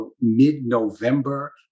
mid-November